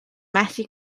methu